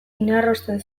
inarrosten